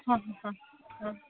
ಹಾಂ ಹ್ಞೂ ಹ್ಞೂ ಹಾಂ ಹಾ